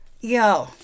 Yo